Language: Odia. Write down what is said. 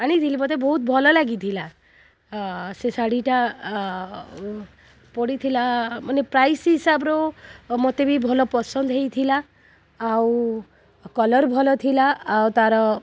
ଆଣିଥିଲି ମୋତେ ବହୁତ ଭଲ ଲାଗିଥିଲା ସେ ଶାଢ଼ୀଟା ପଡ଼ିଥିଲା ମାନେ ପ୍ରାଇସ୍ ହିସାବରେ ମୋତେ ବି ଭଲ ପସନ୍ଦ ହୋଇଥିଲା ଆଉ କଲର୍ ଭଲ ଥିଲା ଆଉ ତାର